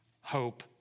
hope